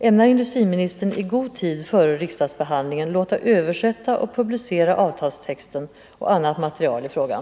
Ämnar industriministern i god tid före riksdagsbehandlingen låta översätta och publicera avtalstexten och annat material i frågan?